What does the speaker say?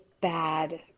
bad